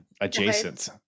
adjacent